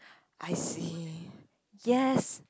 I see yes